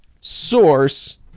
source